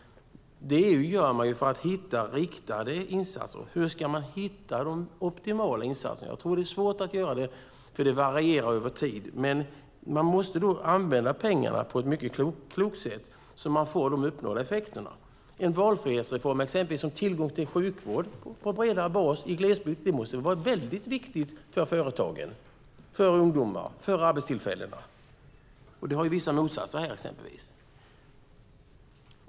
Det gör man för att hitta riktade insatser. Hur ska man hitta de optimala insatserna? Jag tror att det är svårt att göra det, eftersom det varierar över tid. Man måste använda pengarna på ett mycket klokt sätt så att man får de önskade effekterna. En valfrihetsreform som exempelvis tillgång till sjukvård på bredare bas i glesbygd måste vara väldigt viktigt för företagen, för ungdomar och för arbetstillfällena. Det har vissa motsatser här, exempelvis.